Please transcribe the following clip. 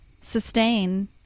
sustain